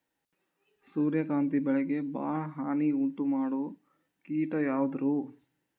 ಸೂರ್ಯಕಾಂತಿ ಬೆಳೆಗೆ ಭಾಳ ಹಾನಿ ಉಂಟು ಮಾಡೋ ಕೇಟ ಯಾವುದ್ರೇ?